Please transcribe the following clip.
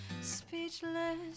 speechless